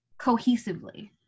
cohesively